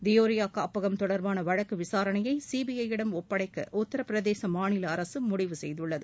தியோரியா தொடர்பான வழக்கு விசாரணையை சிபிஜ யிடம் ஒப்படைக்க உத்தரப்பிரதேச மாநில அரசு முடிவு செய்துள்ளது